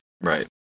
Right